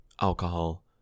alcohol